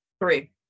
Three